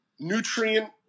Nutrient